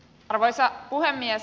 arvoisa puhemies